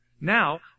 Now